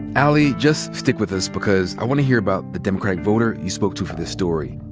ali, just stick with us. because i wanna hear about the democrat voter you spoke to for this story.